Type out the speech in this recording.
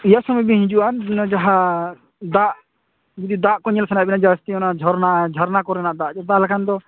ᱤᱭᱟᱹ ᱥᱚᱢᱚᱭ ᱵᱮᱱ ᱦᱤᱡᱩᱜᱼᱟ ᱡᱟᱦᱟᱸ ᱫᱟᱜ ᱡᱩᱫᱤ ᱫᱟᱜ ᱠᱚ ᱧᱮᱞ ᱥᱟᱱᱟᱭᱮᱫ ᱵᱮᱱᱟ ᱡᱟᱹᱥᱛᱤ ᱚᱱᱟ ᱡᱷᱚᱨᱱᱟ ᱡᱷᱚᱨᱱᱟ ᱠᱚᱨᱮᱱᱟᱜ ᱫᱟᱜ ᱛᱟᱦᱚᱞᱮ ᱠᱷᱟᱱ ᱫᱚ